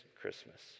Christmas